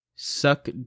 suck